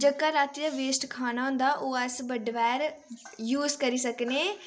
जेह्का राती दा वेस्ट खाना होंदा ओह् अस बड्डे पैह्र यूज़ करी सकने